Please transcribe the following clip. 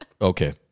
okay